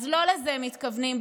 אז לא לזה מתכוונים,